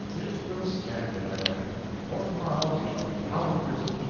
it will stand it, i reckon. before to-morrow we shall be out of prison,